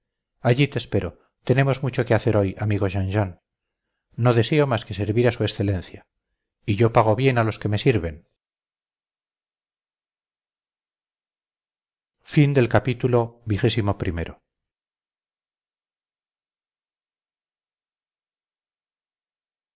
allí te espero tenemos mucho que hacer hoy amigo jean jean no deseo más que servir a su excelencia y yo pago bien a los que me sirven